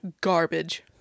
Garbage